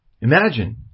Imagine